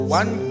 one